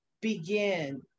begin